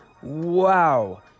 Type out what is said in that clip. Wow